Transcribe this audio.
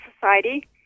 Society